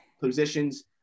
positions